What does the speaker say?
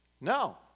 No